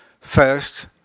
First